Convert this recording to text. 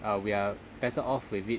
uh we are better off with it